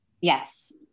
Yes